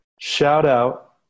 Shout-out